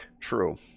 True